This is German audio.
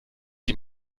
die